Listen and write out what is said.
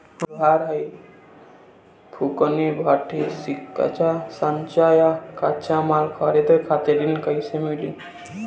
हम लोहार हईं फूंकनी भट्ठी सिंकचा सांचा आ कच्चा माल खरीदे खातिर ऋण कइसे मिली?